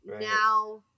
now